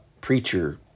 preacher